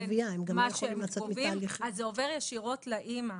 מה שהם גובים זה עובר ישירות לאימא,